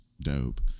dope